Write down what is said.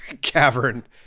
cavern